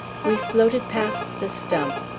we floated past the stump.